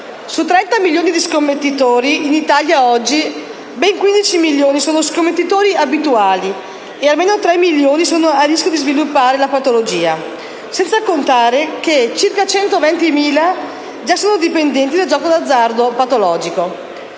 Su 30 milioni di scommettitori oggi in Italia, ben 15 milioni sono scommettitori abituali e almeno 3 milioni sono a rischio di sviluppare la patologia, senza contare che circa 120.000 già sono dipendenti dal gioco d'azzardo patologico.